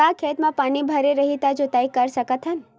का खेत म पानी भरे रही त जोताई कर सकत हन?